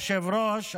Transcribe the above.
היושב-ראש,